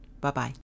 Bye-bye